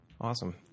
Awesome